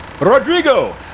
rodrigo